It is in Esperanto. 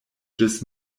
ĝis